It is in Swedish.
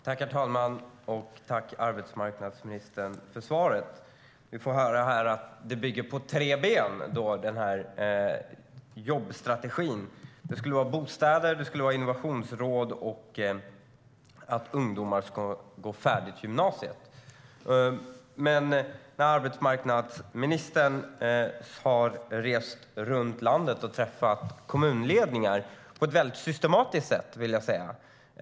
Herr talman! Jag tackar arbetsmarknadsministern för svaret. Vi får höra att jobbstrategin bygger på tre ben, nämligen bostäder, innovationsråd och att ungdomar ska gå färdigt gymnasiet. Arbetsmarknadsministern har rest runt i landet och träffat kommunledningar på ett väldigt systematiskt sätt, vill jag säga.